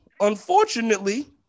unfortunately